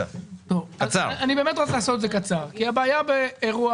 אני רוצה לעשות את זה קצר כי הבעיה באירוע